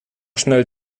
schnell